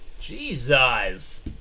Jesus